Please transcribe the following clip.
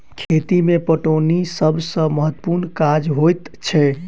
खेती मे पटौनी सभ सॅ महत्त्वपूर्ण काज होइत छै